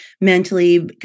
mentally